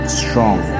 strong